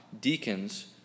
deacons